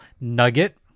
nugget